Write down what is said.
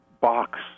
box